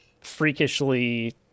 freakishly